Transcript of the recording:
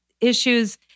issues